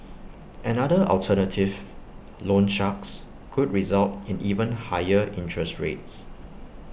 another alternative loan sharks could result in even higher interest rates